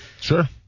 Sure